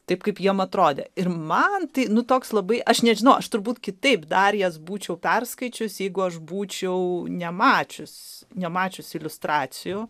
taip kaip jam atrodė ir man tai nu toks labai aš nežinau aš turbūt kitaip dar jas būčiau perskaičiusi jeigu aš būčiau nemačius nemačiusi iliustracijų